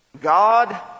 God